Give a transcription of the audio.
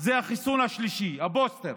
זה החיסון השלישי, הבוסטר,